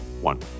one